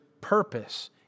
purpose